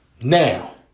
Now